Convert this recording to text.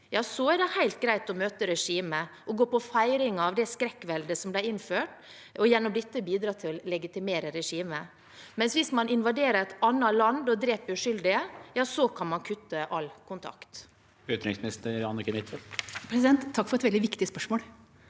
er det helt greit å møte regimet og være med på feiring av det skrekkveldet som ble innført, og gjennom dette bidra til å legitimere regimet, mens hvis noen invaderer et annet land og dreper uskyldige, kan man kutte all kontakt? Utenriksminister Anniken Huitfeldt Takk for et veldig viktig spørsmål.